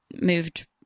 moved